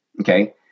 okay